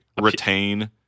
retain